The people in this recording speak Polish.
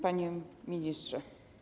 Panie Ministrze!